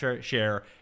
share